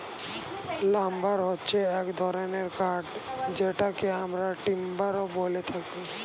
lumber হচ্ছে এক ধরনের কাঠ যেটাকে আমরা টিম্বারও বলে থাকি